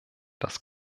das